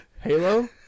Halo